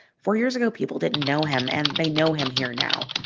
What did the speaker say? four years ago, people didn't know him, and they know him here now.